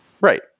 right